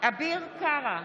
אביר קארה,